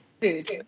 food